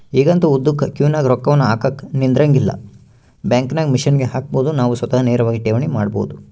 ಈಗಂತೂ ಉದ್ದುಕ ಕ್ಯೂನಗ ರೊಕ್ಕವನ್ನು ಹಾಕಕ ನಿಂದ್ರಂಗಿಲ್ಲ, ಬ್ಯಾಂಕಿನಾಗ ಮಿಷನ್ಗೆ ಹಾಕಬೊದು ನಾವು ಸ್ವತಃ ನೇರವಾಗಿ ಠೇವಣಿ ಮಾಡಬೊದು